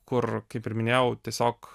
kur kaip ir minėjau tiesiog